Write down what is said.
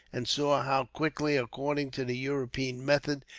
and saw how quickly, according to the european methods,